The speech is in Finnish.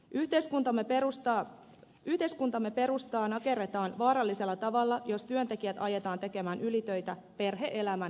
yhteiskuntamme perustaa nakerretaan vaarallisella tavalla jos työntekijät ajetaan tekemään ylitöitä perhe elämän kustannuksella